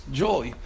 joy